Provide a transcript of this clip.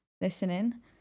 listening